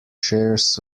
shares